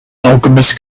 alchemist